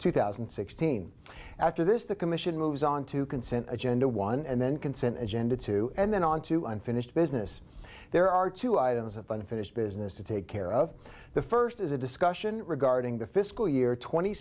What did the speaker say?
two thousand and sixteen after this the commission moves on to consent agenda one and then consent agenda two and then on to unfinished business there are two items of unfinished business to take care of the first is a discussion regarding the fiscal year tw